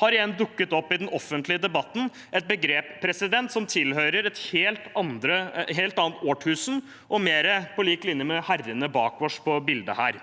har igjen dukket opp i den offentlige debatten, et begrep som tilhører et helt annet årtusen – på linje med herrene bak oss på bildet her.